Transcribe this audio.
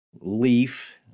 leaf